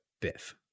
Biff